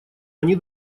они